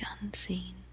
unseen